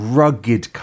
rugged